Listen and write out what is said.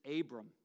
Abram